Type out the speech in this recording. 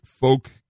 folk